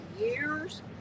years